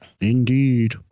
Indeed